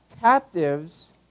captives